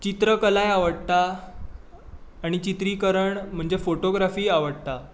चित्रकलाय आवडटा आनी चित्रीकरण म्हणजे फॉटोग्राफीय आवडटा